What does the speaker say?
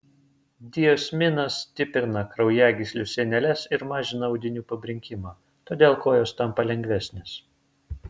diosminas stiprina kraujagyslių sieneles ir mažina audinių pabrinkimą todėl kojos tampa lengvesnės